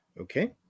okay